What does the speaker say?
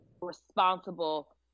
responsible